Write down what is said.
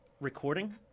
recording